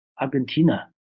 Argentina